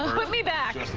put me back.